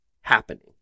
happening